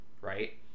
right